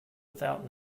without